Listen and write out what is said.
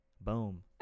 Boom